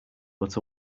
but